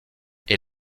est